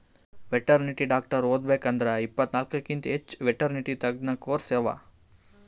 veterinary doctor ಓದಬೇಕ್ ಅಂದ್ರ ಇಪ್ಪತ್ತಕ್ಕಿಂತ್ ಹೆಚ್ಚ್ ವೆಟೆರ್ನಿಟಿ ತಜ್ಞ ಕೋರ್ಸ್ ಅವಾ